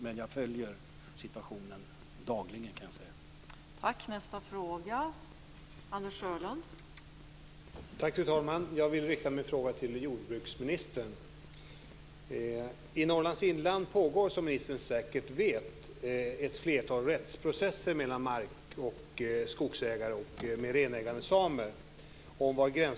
Men jag följer situationen dagligen, kan jag säga.